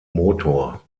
motor